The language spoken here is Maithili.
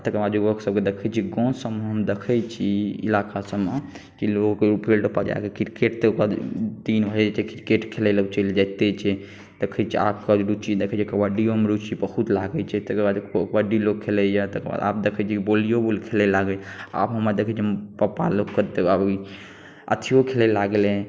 आ तकरबाद जे लोक सबके देखै छी गाँव सबमे हम देखै छी इलाका सबमे की लोग फील्ड पर जाके क्रिकेट दिनभरि जे छै क्रिकेट खेलै लए चलि जाइते छै देखै छियै आब के रुची देखै छियै कबड्डीयो मे रुची बहुत लागय छय तकरबाद कबड्डी लोक खेलाय तकरबाद आब देखै छियै भॉलियोबॉल खेलाइ लागय आब हम देखय छियै पप्पा लोग के अथीयो खेला लागलय